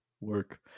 work